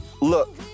look